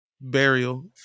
burial